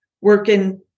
working